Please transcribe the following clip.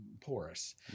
porous